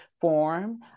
form